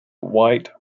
white